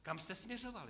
Kam jste směřovali?